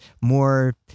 more